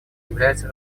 является